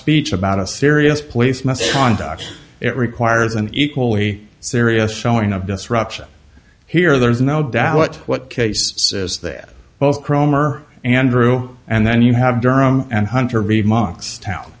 speech about a serious police misconduct it requires an equally serious showing of disruption here there's no doubt but what case says that both cromer andrew and then you have durham and hunter remarks down